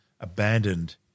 abandoned